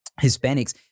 Hispanics